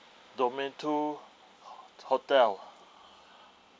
domain two hotel